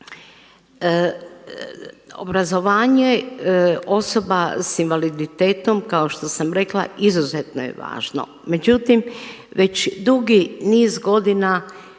Obrazovanje osoba sa invaliditetom kao što sam rekla izuzetno je važno, međutim već dugi niz godina